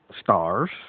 stars